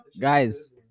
Guys